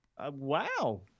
wow